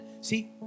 See